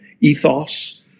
ethos